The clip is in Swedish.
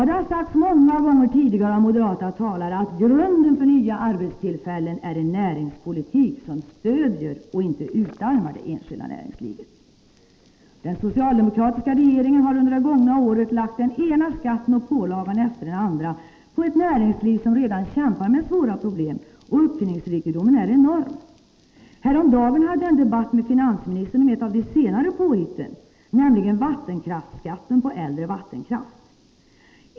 Det har sagts många gånger tidigare av moderata talare att grunden för nya arbetstillfällen är en näringspolitik som stöder — och inte utarmar — det enskilda näringslivet. Den socialdemokratiska regeringen har under det gångna året lagt den ena skatten och pålagan efter den andra på ett näringsliv som redan kämpar med svåra problem, och uppfinningsrikedomen är enorm. Häromdagen hade jag en debatt med finansministern om ett av de senare påhitten, nämligen vattenkraftskatten på äldre vattenkraft.